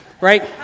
right